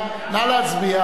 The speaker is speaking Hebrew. נא להצביע.